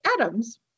Adams